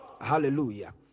Hallelujah